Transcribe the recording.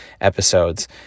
episodes